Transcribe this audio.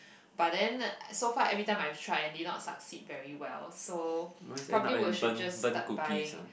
but then so far everytime I try did not succeed very well so probably will should just start buying